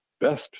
best